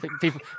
People